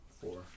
Four